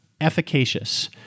efficacious